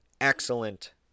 excellent